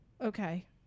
okay